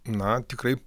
na tikrai